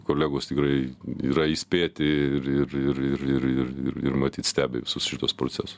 kolegos tikrai yra įspėti ir ir ir ir ir ir ir matyt stebi visus šituos procesus